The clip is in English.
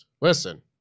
listen